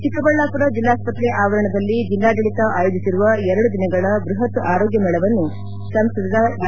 ಚಿಕ್ಕಬಳ್ದಾಪುರ ದಲ್ಲಾಸ್ತತ್ರೆ ಆವರಣದಲ್ಲಿ ಜಿಲ್ಲಾಡಳಿತ ಆಯೋಜಿಸಿರುವ ಎರಡು ದಿನಗಳ ಬೃಹತ್ ಆರೋಗ್ಯ ಮೇಳವನ್ನು ಸಂಸದ ಡಾ